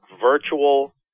virtual